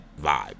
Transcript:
vibe